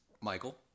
Michael